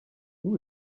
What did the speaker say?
who